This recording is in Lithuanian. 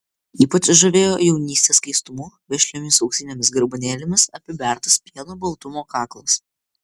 ypač žavėjo jaunystės skaistumu vešliomis auksinėmis garbanėlėmis apibertas pieno baltumo kaklas